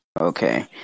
Okay